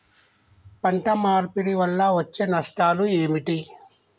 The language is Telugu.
పంట మార్పిడి వల్ల వచ్చే నష్టాలు ఏమిటి?